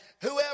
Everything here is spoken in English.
whoever